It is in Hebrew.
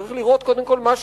צריך לראות קודם כול מה שבור,